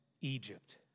Egypt